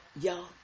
y'all